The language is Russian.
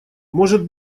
может